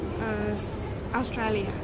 Australia